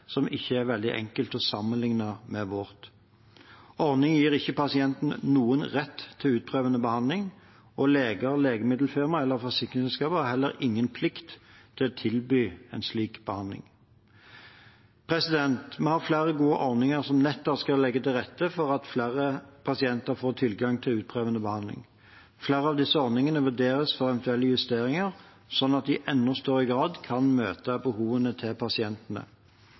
som ikke er veldig enkelt å sammenligne med vårt. Ordningen gir ikke pasienten noen rett til utprøvende behandling, og leger, legemiddelfirmaer og forsikringsselskaper har heller ingen plikt til å tilby en slik behandling. Vi har flere gode ordninger som nettopp skal legge til rette for at flere pasienter får tilgang til utprøvende behandling. Flere av disse ordningene vurderes for eventuelle justeringer, slik at de i enda større grad kan møte behovene til pasientene.